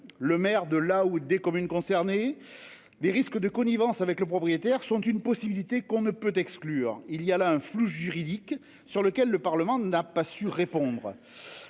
le maire de la ou des communes concernées. Les risques de connivence avec le propriétaire sont une possibilité qu'on ne peut exclure. Il y a là un flou juridique sur lequel le Parlement n'a pas su répondre